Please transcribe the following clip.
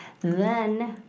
then,